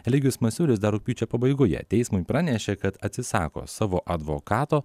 eligijus masiulis dar rugpjūčio pabaigoje teismui pranešė kad atsisako savo advokato